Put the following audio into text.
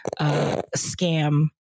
scam